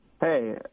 Hey